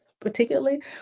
particularly